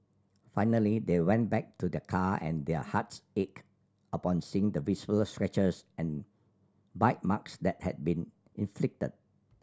finally they went back to their car and their hearts ached upon seeing the visible scratches and bite marks that had been inflicted